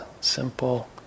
simple